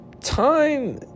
Time